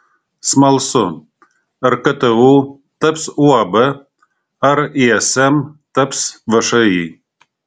smalsu ar ktu taps uab ar ism taps všį